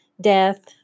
death